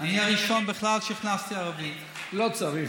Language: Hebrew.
לא צריך,